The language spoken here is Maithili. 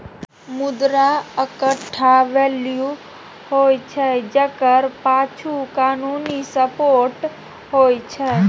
मुद्रा एकटा वैल्यू होइ छै जकर पाछु कानुनी सपोर्ट होइ छै